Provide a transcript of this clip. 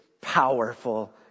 powerful